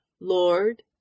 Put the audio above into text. Lord